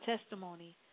testimony